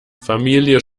familie